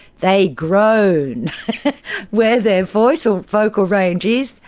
they groan where their voice or vocal range is,